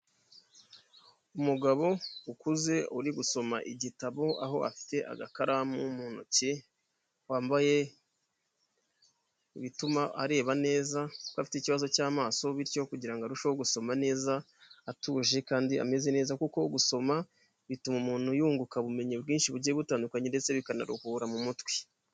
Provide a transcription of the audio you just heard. Umugabo ukuze uri gusoma igitabo, aho afite agakaramu mu ntoki, wambaye ibituma areba neza kuko afite ikibazo cy'amaso, bityo kugira ngo arusheho gusoma neza atuje kandi ameze neza, kuko gusoma bituma umuntu yunguka ubumenyi bwinshi bugiye butandukanye, ndetse bikanaruhura mu mutwe.